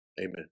Amen